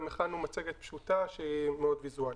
גם הכנו מצגת פשוטה ומאוד ויזואלית.